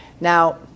Now